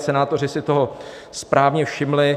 Senátoři si toho správně všimli.